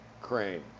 crane